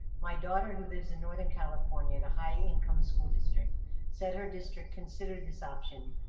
my daughter who lives in northern california at a high income school district said her district considered this option,